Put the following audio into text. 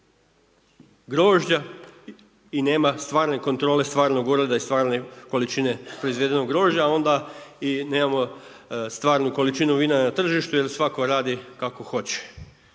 grožđa i nema stvarne kontrole stvarnog uroda i stvarne količine proizvedenog grožđa, a onda i nemamo stvarnu količinu vina na tržištu jer svatko radi kako hoće.